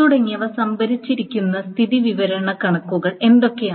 തുടങ്ങിയവ സംഭരിച്ചിരിക്കുന്ന സ്ഥിതിവിവരക്കണക്കുകൾ എന്തൊക്കെയാണ്